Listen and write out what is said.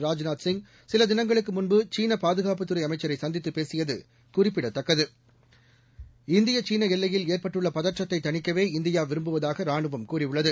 ராஜ்நாத் சிங் சின திளங்களுக்கு முன்பு சீன பாதுகாப்புத்துறை அமைச்சரை சந்தித்துப் பேசியது குறிப்பிடத்தக்கது இந்தியா சீனா எல்லையில் ஏற்பட்டுள்ள பதற்றத்தை தணிக்கவே இந்தியா விரும்புவதாக ரானுவம் கூறியுள்ளது